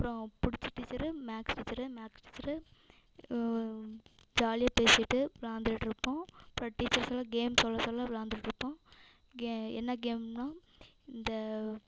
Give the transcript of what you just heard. அப்றம் பிடிச்ச teacher maths teacher maths teacher ஜாலியாக பேசிட்டு விளாண்டுட்ருப்போம் அப்றம் டீச்சர்ஸ் எல்லாம் கேம் சொல்ல சொல்ல விளாண்டுட்ருப்போம் கே என்ன கேம்னா இந்த